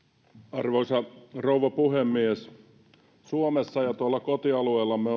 arvoisa rouva puhemies suomessa ja tuolla kotialueillamme